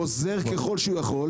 הוא עוזר ככל שהוא יכול.